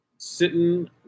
sitting